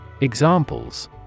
Examples